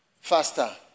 Faster